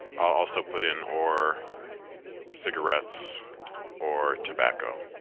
i'll also put in or cigarettes or tobacco.